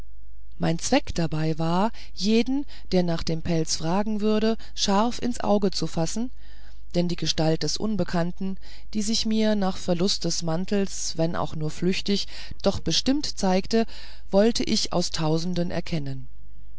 mein zweck dabei war jeden der nach dem pelz fragen würde scharf ins auge zu fassen denn die gestalt des unbekannten die sich mir nach verlust des mantels wenn auch nur flüchtig doch bestimmt zeigte wollte ich aus tausenden erkennen